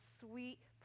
sweet